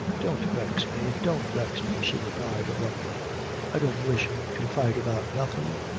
don't vex me don't vex me, she replied, abruptly i don't wish to fight about nothing,